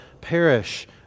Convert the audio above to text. perish